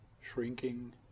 shrinking